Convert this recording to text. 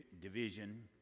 division